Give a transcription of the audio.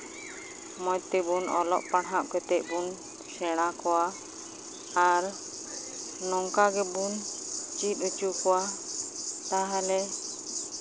ᱢᱚᱡᱽ ᱛᱮᱵᱚᱱ ᱚᱞᱚᱜ ᱯᱟᱲᱦᱟᱜ ᱠᱟᱛᱮ ᱵᱚᱱ ᱥᱮᱬᱟ ᱠᱚᱣᱟ ᱟᱨ ᱱᱚᱝᱠᱟ ᱜᱮᱵᱚᱱ ᱪᱮᱫ ᱦᱚᱪᱚ ᱠᱚᱣᱟ ᱛᱟᱦᱞᱮ